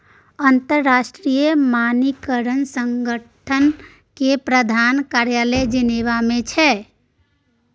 अंतरराष्ट्रीय मानकीकरण संगठन केर प्रधान कार्यालय जेनेवा मे छै